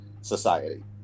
society